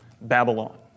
Babylon